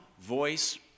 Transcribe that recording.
voice